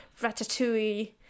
Ratatouille